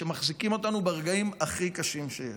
שמחזיקים אותנו ברגעים הכי קשים שיש.